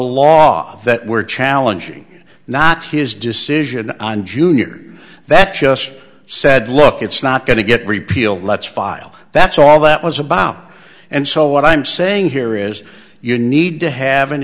law that we're challenging not his decision on junior that's just said look it's not going to get repealed let's file that's all that was a bow and so what i'm saying here is you need to have an